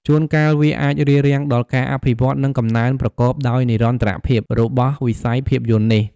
ជួនកាល វាអាចរារាំងដល់ការអភិវឌ្ឍន៍ និងកំណើនប្រកបដោយនិរន្តរភាពរបស់វិស័យភាពយន្តនេះ។